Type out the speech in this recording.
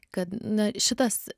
kad na šitas